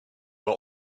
were